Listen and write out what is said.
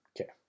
Okay